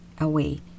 away